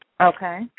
Okay